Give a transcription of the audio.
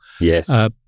Yes